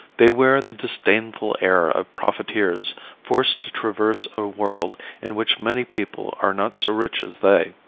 they wear the disdainful air of profiteers forced to traverse a world in which many people are not so rich as they.